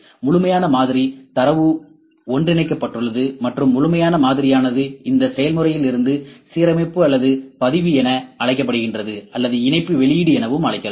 முழுமையான மாதிரி தரவு ஒன்றிணைக்கப்பட்டுள்ளது மற்றும் முழுமையான மாதிரியானது இந்த செயல்முறையிலிருந்து சீரமைப்பு அல்லது பதிவு என அழைக்கப்படுகிறது அல்லது இணைப்பு வெளியீடு எனவும் அழைக்கலாம்